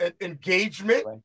engagement